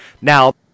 Now